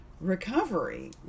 recovery